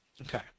Okay